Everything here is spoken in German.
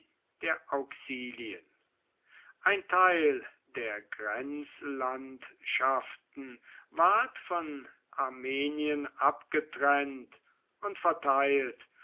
der auxilien ein teil der grenzlandschaften ward von armenien abgetrennt und verteilt